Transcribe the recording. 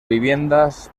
viviendas